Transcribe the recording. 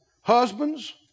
husbands